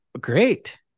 great